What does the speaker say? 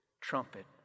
trumpet